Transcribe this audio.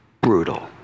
brutal